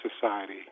society